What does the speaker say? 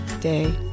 day